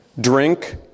Drink